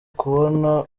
kabone